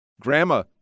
Grandma